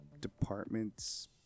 department's